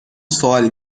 سوالی